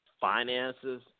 finances